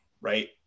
right